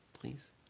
please